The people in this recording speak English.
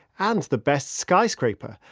and the best skyscraper,